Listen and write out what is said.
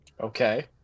okay